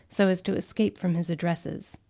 so as to escape from his addresses.